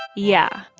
yeah.